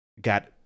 got